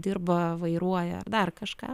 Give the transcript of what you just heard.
dirba vairuoja ar dar kažką